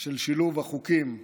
של שילוב החוקים וההסכמים,